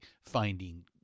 finding